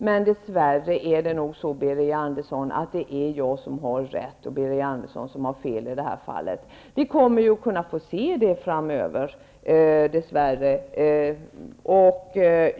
Men dess värre är det nog jag som har rätt och Birger Andersson som har fel i detta fall. Vi kommer att få se det framöver, dess värre.